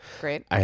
Great